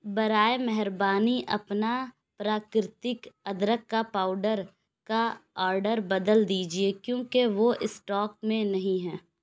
برائے مہربانی اپنا پراکرتک ادرک کا پاؤڈر کا آڈر بدل دیجیے کیونکہ وہ اسٹاک میں نہیں ہے